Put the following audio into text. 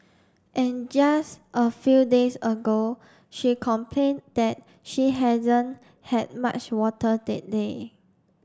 and just a few days ago she complained that she hasn't had much water that day